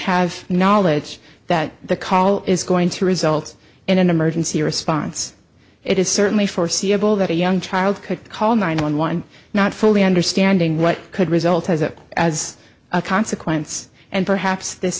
have knowledge that the call is going to result in an emergency response it is certainly foreseeable that a young child could call nine one one not fully understanding what could result as a as a consequence and perhaps this